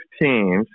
teams